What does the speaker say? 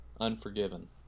Unforgiven